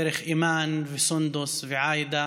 דרך אימאן וסונדוס ועאידה